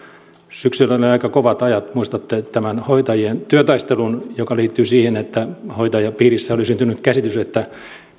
syksyllä oli aika kovat ajat muistatte tämän hoitajien työtaistelun joka liittyi siihen että hoitajien piirissä oli syntynyt käsitys että